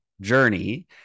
journey